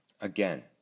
Again